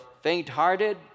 faint-hearted